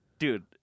Dude